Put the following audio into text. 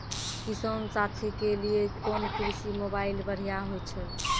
किसान साथी के लिए कोन कृषि मोबाइल बढ़िया होय छै?